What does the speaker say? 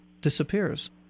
disappears